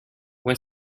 when